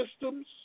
systems